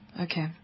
Okay